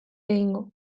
egingo